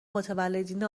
متولدین